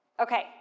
Okay